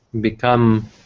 become